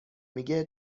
میگه